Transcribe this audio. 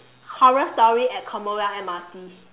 horror story at commonwealth M_R_T